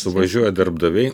suvažiuoja darbdaviai